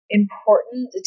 important